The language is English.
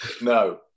No